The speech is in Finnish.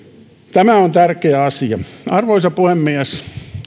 tämä on tärkeä asia arvoisa puhemies